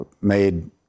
made